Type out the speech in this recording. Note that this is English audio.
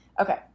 Okay